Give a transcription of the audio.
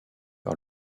par